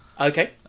Okay